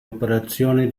operazioni